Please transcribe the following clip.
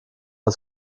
als